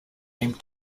aimed